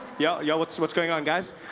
yeah, yeah whats whats going on guys?